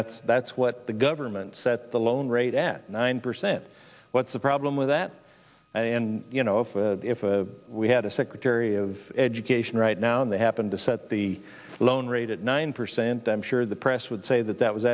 that's that's what the government set the loan rate at nine percent what's the problem with that and you know if we had a secretary of education right now and they happen to set the loan rate at nine percent i'm sure the press would say that that was